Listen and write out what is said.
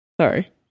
Sorry